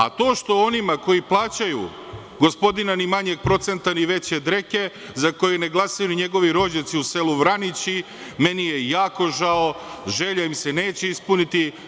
A to što onima koji plaćaju gospodina ni manjeg procenta ni veće dreke, za kojeg ne glasaju ni njegovi rođaci u selu Vranići, meni je jako žao, želja im se neće ispuniti.